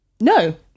no